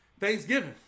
thanksgiving